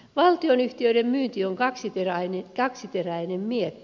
valtionyhtiöiden myynti on kaksiteräinen miekka